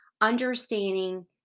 Understanding